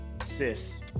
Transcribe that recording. sis